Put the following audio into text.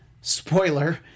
spoiler